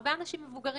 הרבה אנשים מבוגרים